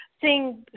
seeing